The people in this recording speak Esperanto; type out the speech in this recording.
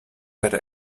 per